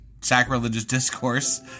sacrilegiousdiscourse